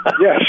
Yes